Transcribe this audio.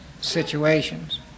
situations